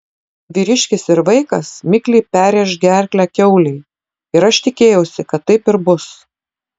vyriškis ir vaikas mikliai perrėš gerklę kiaulei ir aš tikėjausi kad taip ir bus